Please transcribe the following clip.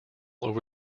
over